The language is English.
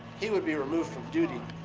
he would be removed from duty.